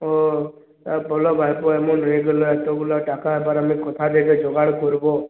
ও আর বলো ভাইপো এমন হয়ে গেলো এতোগুলা টাকা এবার আমি কোথা থেকে জোগাড় করবো